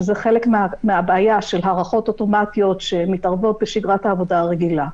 שזה חלק מהבעיה של הארכות אוטומטיות שמתערבות בשגרת העבודה הרגילה.